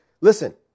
Listen